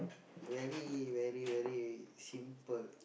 very very very simple